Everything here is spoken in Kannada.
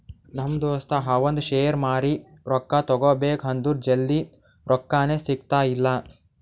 ನಮ್ ದೋಸ್ತ ಅವಂದ್ ಶೇರ್ ಮಾರಿ ರೊಕ್ಕಾ ತಗೋಬೇಕ್ ಅಂದುರ್ ಜಲ್ದಿ ರೊಕ್ಕಾನೇ ಸಿಗ್ತಾಯಿಲ್ಲ